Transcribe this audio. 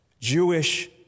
Jewish